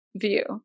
view